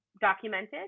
documented